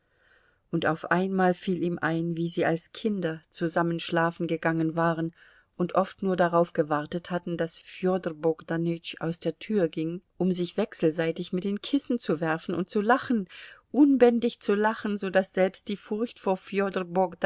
und auf einmal fiel ihm ein wie sie als kinder zusammen schlafen gegangen waren und oft nur darauf gewartet hatten daß fjodor bogdanütsch aus der tür ging um sich wechselseitig mit den kissen zu werfen und zu lachen unbändig zu lachen so daß selbst die furcht vor fjodor